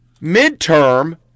midterm